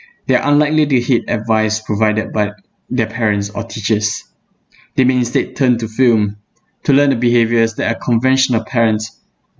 they are unlikely to heed advice provided by their parents or teachers they may instead turn to film to learn the behaviors that are conventional patterns